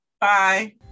Bye